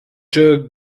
jerked